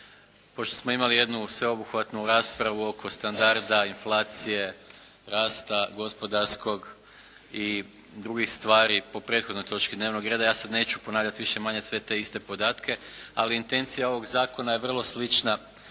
Pošto smo imali jednu sveobuhvatnu raspravu oko standarda, inflacije, rasta gospodarskog i drugih stvari po prethodnoj točki dnevnog reda. Ja sad neću ponavljati više-manje sve te iste podatke. Ali intencija ovog zakona je vrlo slična